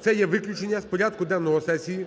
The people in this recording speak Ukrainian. Це є виключення з порядку денного сесії